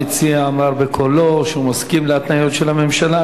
המציע אמר בקולו שהוא מסכים להתניות של הממשלה.